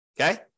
Okay